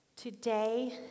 Today